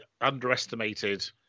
underestimated